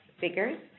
figures